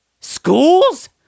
Schools